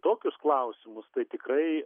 tokius klausimus tai tikrai